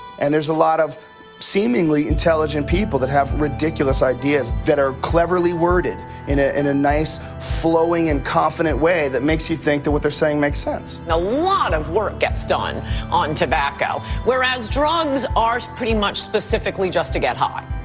and there's a lot of seemingly intelligent people that have ridiculous ideas that are cleverly worded in ah in a nice flowing and confident way that makes you think that what they're saying makes sense. a lot of work gets done on tobacco whereas drugs are pretty much specifically just to get high.